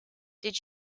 did